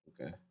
Okay